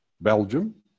Belgium